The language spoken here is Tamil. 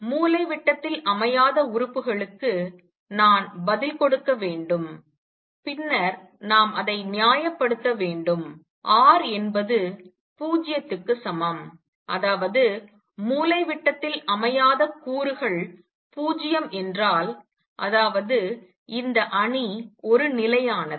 மூலை விட்டதில் அமையாத உறுப்புகளுக்கு நான் பதில் கொடுக்க வேண்டும் பின்னர் நாம் அதை நியாயப்படுத்த வேண்டும் r என்பது 0 சமம் அதாவது மூலை விட்டதில் அமையாத கூறுகள் 0 என்றால் அதாவது இந்த அணி ஒரு நிலையானது